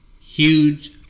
huge